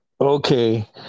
okay